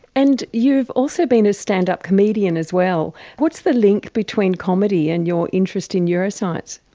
and you've also been a stand-up comedian as well. what's the link between comedy and your interest in neuroscience?